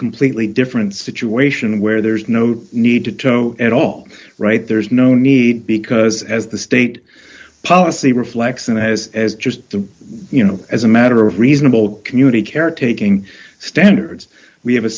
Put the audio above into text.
completely different situation where there's no need to tow at all right there's no need because as the state policy reflects and has as just the you know as a matter of reasonable community caretaking standards we have a